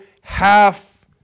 half